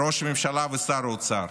ראש הממשלה ושר האוצר.